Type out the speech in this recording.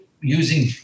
using